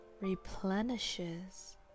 replenishes